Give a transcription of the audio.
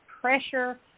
pressure